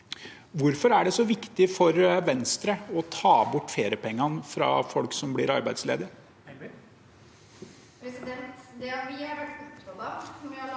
Hvorfor er det så viktig for Venstre å ta bort feriepengene fra folk som blir arbeidsledige?